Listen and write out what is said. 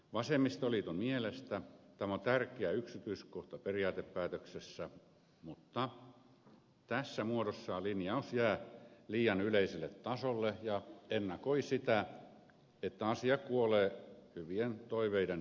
vasemmistoliiton mielestä tämä on tärkeä yksityiskohta periaatepäätöksessä mutta tässä muodossaan linjaus jää liian yleiselle tasolle ja ennakoi sitä että asia kuolee hyvien toiveiden hautausmaalle